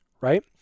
right